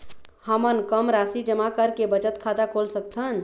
हमन कम राशि जमा करके बचत खाता खोल सकथन?